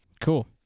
cool